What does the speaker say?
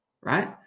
right